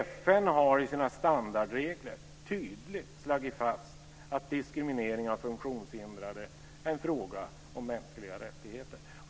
FN har i sina standardregler tydligt slagit fast att diskriminering av funktionshindrade är en fråga om mänskliga rättigheter.